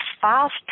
fast